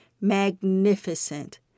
magnificent